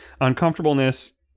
Uncomfortableness